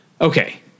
okay